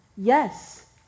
Yes